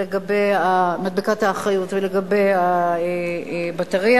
לגבי מדבקת האחריות ולגבי הבטרייה.